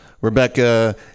Rebecca